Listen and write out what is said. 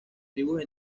tribus